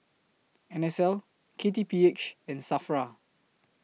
N S L K T P H and SAFRA